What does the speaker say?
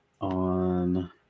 on